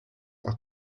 are